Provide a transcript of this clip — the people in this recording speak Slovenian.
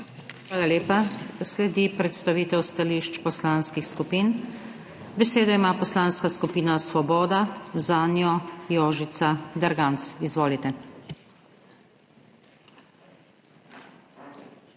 Hvala lepa. Sledi predstavitev stališč poslanskih skupin. Besedo ima Poslanska skupina Svoboda, zanjo Jožica Derganc. Izvolite.